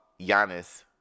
Giannis